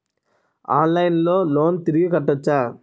ఆన్లైన్లో లోన్ తిరిగి కట్టోచ్చా?